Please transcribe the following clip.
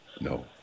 No